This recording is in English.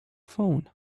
phone